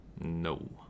No